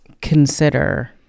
consider